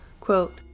quote